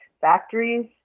factories